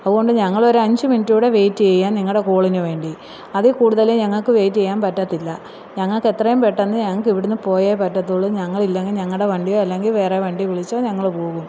അതുകൊണ്ട് ഞങ്ങൾ ഒരു അഞ്ച് മിനിറ്റൂടെ വേയ്റ്റ് ചെയ്യാം നിങ്ങളുടെ കോളിന് വേണ്ടി അതിൽക്കൂടുതൽ ഞങ്ങൾക്ക് വേയ്റ്റ് ചെയ്യാൻ പറ്റത്തില്ല ഞങ്ങൾക്ക് എത്രയും പെട്ടെന്ന് ഞങ്ങൾക്ക് ഇവിടുന്ന് പോയേ പറ്റത്തുള്ളൂ ഞങ്ങൾ ഇല്ലെങ്കിൽ ഞങ്ങളുടെ വണ്ടിയോ അല്ലെങ്കിൽ വേറെ വണ്ടി വിളിച്ചോ ഞങ്ങൾ പോകും